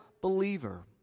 believer